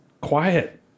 quiet